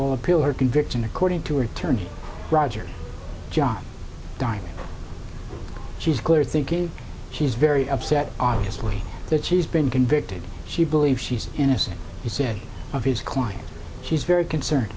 will appeal her conviction according to her attorney rogers john diamond she's clear thinking she's very upset obviously that she's been convicted she believes she's innocent he said of his client she's very concern